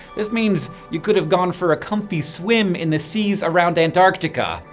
this means you could've gone for a comfy swim in the seas around antarctica!